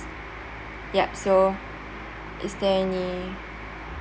yup so is there any